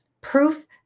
proof